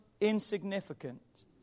insignificant